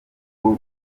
bwo